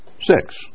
Six